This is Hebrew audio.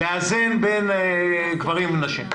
-- לאזן בין גברים לנשים.